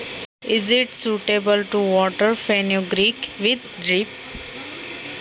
मेथीला ड्रिपने पाणी देणे योग्य आहे का?